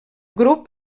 grup